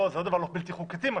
זה לא דבר בלתי חוקתי, מה